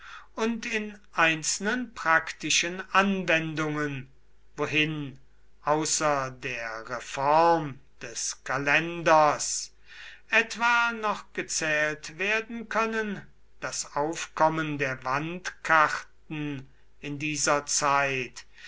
und in einzelnen praktischen anwendungen wohin außer der reform des kalenders etwa noch gezählt werden können das aufkommen der wandkarten in dieser zeit